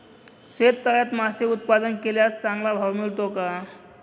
शेततळ्यात मासे उत्पादन केल्यास चांगला भाव मिळतो का?